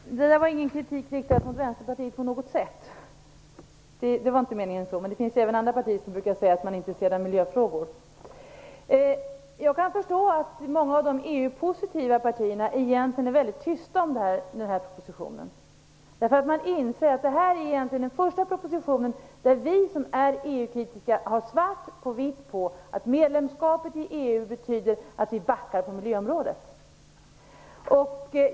Fru talman! Det här var inte på något sätt en kritik riktad mot Vänsterpartiet. Det var inte meningen så, men det finns ju även andra partier där man brukar säga att man är intresserad av miljöfrågor. Jag kan förstå att många av de EU-positiva partierna är väldigt tysta om den här propositionen. Man inser att detta egentligen är den första propositionen där vi som är EU-kritiska har svart på vitt på att medlemskapet i EU betyder att vi backar på miljöområdet.